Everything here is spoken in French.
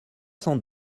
cent